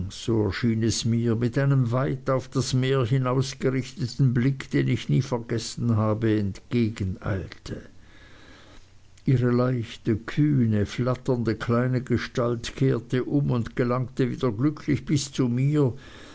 mir mit einem weit auf das meer hinausgerichteten blick den ich nie vergessen habe entgegeneilte ihre leichte kühne flatternde kleine gestalt kehrte um und gelangte wieder glücklich bis zu mir